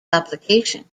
application